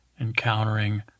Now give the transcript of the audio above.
encountering